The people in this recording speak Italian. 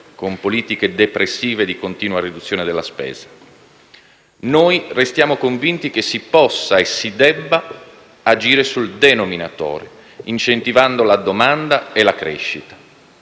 con politiche depressive di continua riduzione della spesa. Noi restiamo convinti che si possa e si debba agire sul denominatore, incentivando la domanda e la crescita.